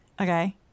Okay